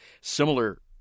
similar